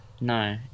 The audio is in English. No